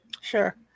Sure